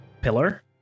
pillar